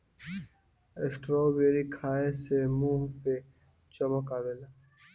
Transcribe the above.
strawberry खाए से मुंह पे चमक आवेला